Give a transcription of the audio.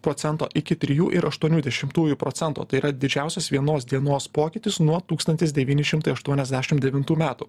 procento iki trijų ir aštuonių dešimtųjų procento tai yra didžiausias vienos dienos pokytis nuo tūkstantis devyni šimtai aštuoniasdešim devintų metų